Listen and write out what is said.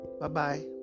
Bye-bye